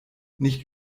nicht